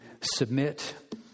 submit